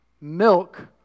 milk